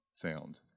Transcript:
found